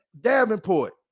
Davenport